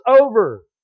over